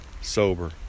sober